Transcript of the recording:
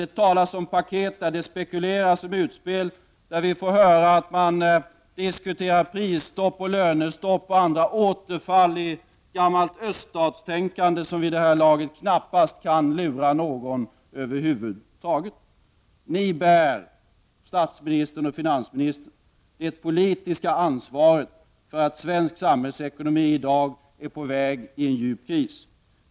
Det talas om paket och det spekuleras om utspel och vi får höra att man diskuterar prisstopp, lönestopp och andra återfall i gammalt öststatstänkande som vid det här laget knappast kan lura någon. Ni bär, statsministern och finansministern, det politiska ansvaret för att svensk sämhällsekonomi i dag är på väg in i en djup kris.